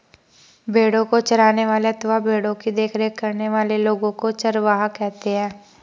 भेड़ों को चराने वाले अथवा भेड़ों की देखरेख करने वाले लोगों को चरवाहा कहते हैं